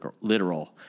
literal